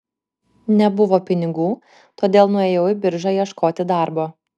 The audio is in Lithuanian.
nebuvo pinigų todėl nuėjau į biržą ieškoti darbo